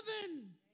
heaven